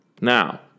Now